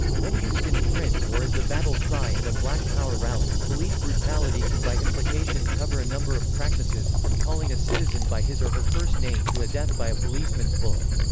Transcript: when used in print or as the battle cry in a black power rally, police brutality can by implication cover a number of practices, from from calling a citizen by his or her first name to a death by a policeman's bullet.